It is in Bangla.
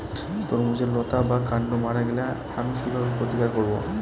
তরমুজের লতা বা কান্ড মারা গেলে আমি কীভাবে প্রতিকার করব?